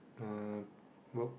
uh pur~